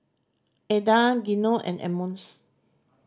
Eda Gino and Emmons